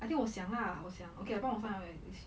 I think 我想 lah 我想 okay 帮我 sign up